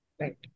right